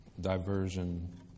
Diversion